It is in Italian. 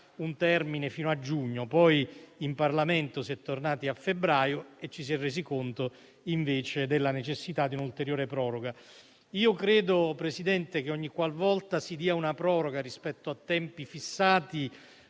un termine fino a giugno; poi in Parlamento si è tornati a febbraio e ci si è resi conto, invece, della necessità di un'ulteriore proroga. Credo, signor Presidente, che, ogniqualvolta si stabilisce una proroga rispetto ai tempi fissati,